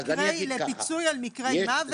לפיצוי על מקרי מוות?